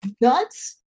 nuts